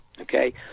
okay